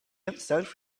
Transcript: himself